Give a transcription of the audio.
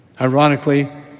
Ironically